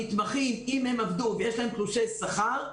אם המתמחים עבדו ויש להם תלושי שכר,